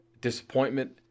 disappointment